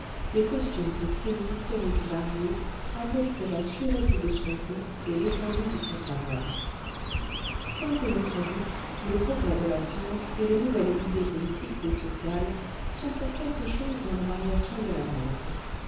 des costumes de styles historiques variés attestaient la sûreté de son goût et l'étendue de son savoir sans que l'on s'en doute les progrès de la science et les nouvelles idées politiques et sociales s'out pour quelque chose dans les variations de la mode